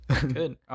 good